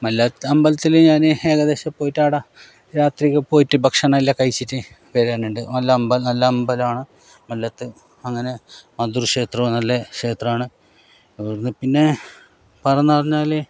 മല്ലത്ത് അമ്പലത്തിൽ ഞാൻ ഏകദേശം പോയിട്ടാട രാത്രിയൊക്കെ പോയിട്ട് ഭക്ഷണമെല്ലാം കഴിച്ചിട്ട് വരാറുണ്ട് നല്ല അമ്പ നല്ല അമ്പലമാണ് മല്ലത്ത് അങ്ങനെ മധൂർ ക്ഷേത്രവും നല്ല ക്ഷേത്രമാണ് അവിടെ നിന്നു പിന്നെ വേറൊന്നു പറഞ്ഞാൽ